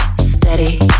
steady